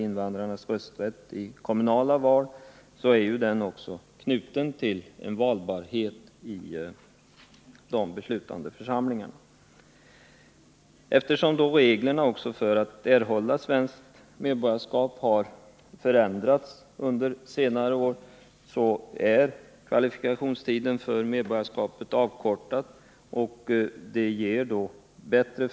Invandrarnas rösträtt vid kommunala val är också knuten till valbarhet i de beslutande församlingarna. Reglerna för erhållande av svenskt medborgarskap förändrades 1976, då kvalifikationstiden för förvärv av svenskt medborgarskap avkortades.